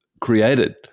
created